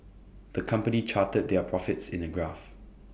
the company charted their profits in A graph